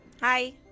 Hi